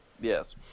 Yes